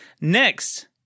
Next